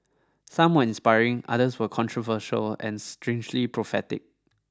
someone inspiring others were controversial and strangely prophetic